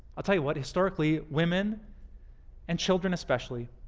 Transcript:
i'll tell you what historically, women and children, especially,